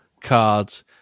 cards